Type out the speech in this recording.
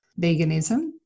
veganism